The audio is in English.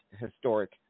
historic